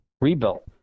rebuilt